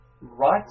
right